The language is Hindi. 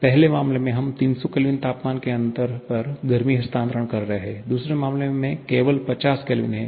पहले मामले में हम 300 K तापमान के अंतर पर गर्मी हस्तांतरण कर रहे हैं दूसरे मामले में केवल 50 K है